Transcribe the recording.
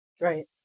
Right